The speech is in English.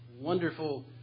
wonderful